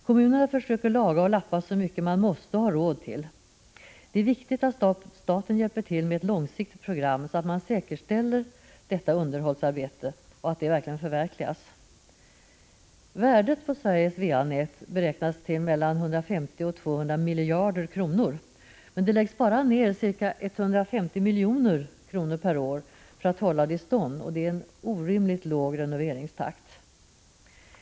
Kommunerna försöker lappa och laga i den utsträckning man måste och har råd till. Det är viktigt att staten hjälper till med ett långsiktigt program, så att detta underhållsarbete kan säkerställas och förverkligas. Värdet på Sveriges VA-nät beräknas till mellan 150 och 200 miljarder kronor, men det läggs bara ned ca 150 milj.kr. per år för att hålla det i stånd. Det är en orimligt låg renoveringstakt.